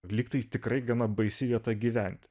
lyg tai tikrai gana baisi vieta gyventi